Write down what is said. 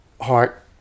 heart